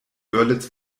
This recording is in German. görlitz